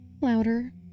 Louder